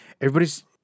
everybody's